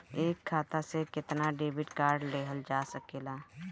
एक खाता से केतना डेबिट कार्ड लेहल जा सकेला?